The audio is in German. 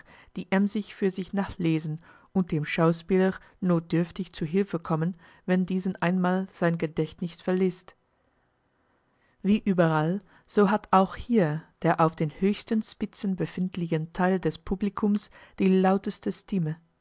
die emsig für sich nachlesen und dem schauspieler notdürftig zu hilfe kommen wenn diesen einmal sein gedächtnis verläßt wie überall so hat auch hier der auf den höchsten spitzen befindlichen teil des publikums die lauteste stimme